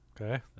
Okay